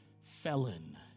felon